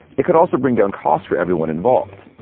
it could also bring down cost for everyone involved.